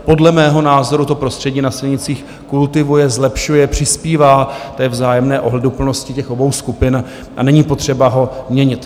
Podle mého názoru to prostředí na silnicích kultivuje, zlepšuje, přispívá té vzájemné ohleduplnosti obou skupin a není potřeba ho měnit.